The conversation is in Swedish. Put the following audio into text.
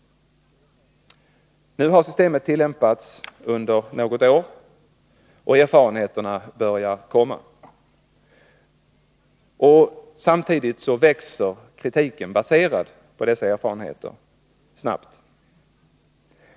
Nu har systemet tillämpats under något år, och erfarenheterna börjar komma. Samtidigt växer kritiken baserad på dessa erfarenheter snabbt.